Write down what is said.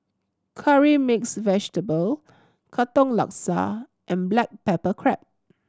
Curry Mixed Vegetable Katong Laksa and black pepper crab